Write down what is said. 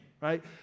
Right